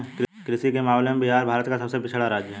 कृषि के मामले में बिहार भारत का सबसे पिछड़ा राज्य है